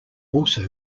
also